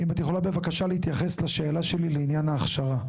אם את יכולה בבקשה להתייחס לשאלה שלי לעניין ההכשרה.